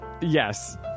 yes